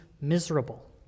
miserable